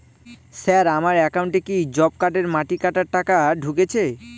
Sir আমার একাউন্টে কি জব কার্ডের মাটি কাটার টাকা ঢুকেছে?